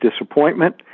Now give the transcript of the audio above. disappointment